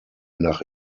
nach